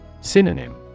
Synonym